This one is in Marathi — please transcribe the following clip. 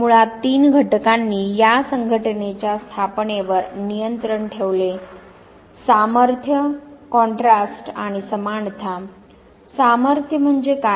मुळात तीन घटकांनी या संघटनेच्या स्थापनेवर नियंत्रण ठेवले सामर्थ्य कॉन्ट्रास्ट आणि समानता सामर्थ्य म्हणजे काय